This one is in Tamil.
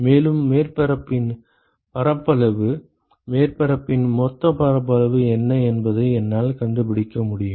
மேலும் மேற்பரப்பின் பரப்பளவு மேற்பரப்பின் மொத்த பரப்பளவு என்ன என்பதை என்னால் கண்டுபிடிக்க முடியும்